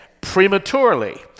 prematurely